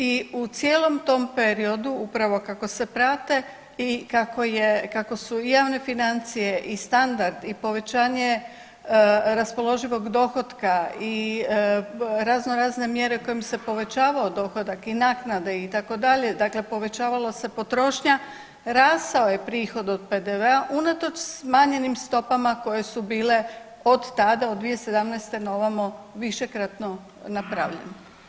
I u cijelom tom periodu upravo kako se prate i kako je, kako su i javne financije i standard i povećanje raspoloživog dohotka i razno razne mjere kojim se povećavao dohodak i naknade itd., dakle povećavala se potrošnja rasao je prihod od PDV-a unatoč smanjenim stopama koje su bile od tada, od 2017. naovamo višekratno napravljene.